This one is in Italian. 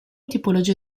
tipologia